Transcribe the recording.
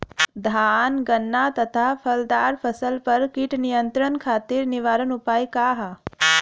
धान गन्ना तथा फलदार फसल पर कीट नियंत्रण खातीर निवारण उपाय का ह?